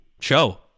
show